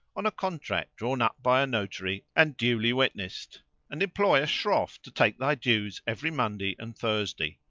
on a contract drawn up by a notary and duly witnessed and employ a shroff to take thy dues every monday and thursday.